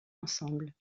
ensemble